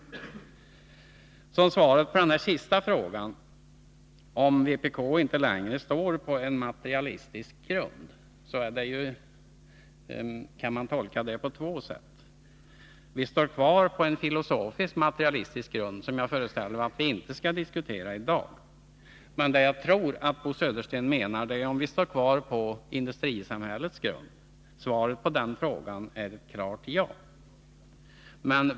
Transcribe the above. Utveckling av en Så till svaret på frågan om vpk inte längre står på en materialistisk grund. välfärdsanalys Man kan göra två tolkningar. Vi står kvar på en filosofisk-materialistisk grund som jag föreställer mig att vi inte skall diskutera i dag. Jag tror emellertid att Bo Södersten frågade om vi står kvar på industrisamhällets grund. Svaret på den frågan är ett klart ja.